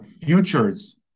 Futures